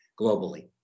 globally